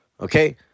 okay